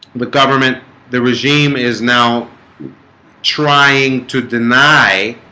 the government the regime is now trying to deny